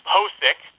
Posick